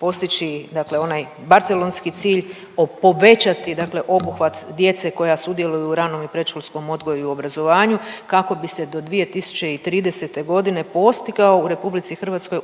postići dakle onaj barcelonski cilj, povećati dakle obuhvat djece koja sudjeluju u ranom i predškolskom odgoju i obrazovanju kako bi se do 2030.g. postigao u RH